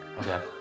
Okay